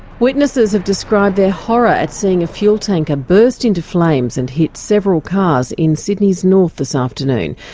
witnesses have described their horror at seeing a fuel tanker burst into flames and hit several cars in sydney's north this afternoon.